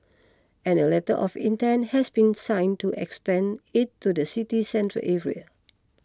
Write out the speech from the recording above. and a letter of intent has been sign to expand it to the city's central area